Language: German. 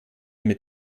mit